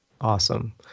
Awesome